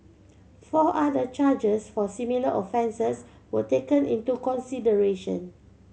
four other charges for similar offences were taken into consideration